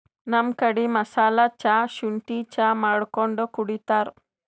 ನಮ್ ಕಡಿ ಮಸಾಲಾ ಚಾ, ಶುಂಠಿ ಚಾ ಮಾಡ್ಕೊಂಡ್ ಕುಡಿತಾರ್